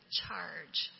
charge